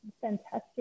fantastic